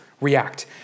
React